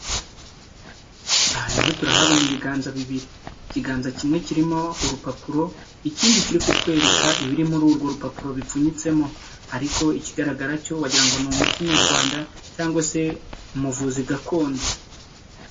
Aha naho turahabona ibiganza bibiri, ikiganza kimwe kirimo urupapuro, ikindi kiri kutwereka ibiri muri urwo rupapuro bipfunyitsemo ariko ikigaragara cyo wagira ngo ni umuti nyarwanda cyangwa se umuvuzi gakondo.